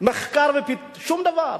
מחקר ופיתוח, שום דבר.